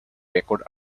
records